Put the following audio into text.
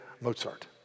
Mozart